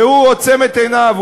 והוא עוצם את עיניו.